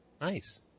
Nice